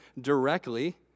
directly